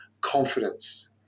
confidence